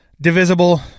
Divisible